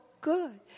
good